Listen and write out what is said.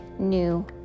new